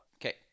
Okay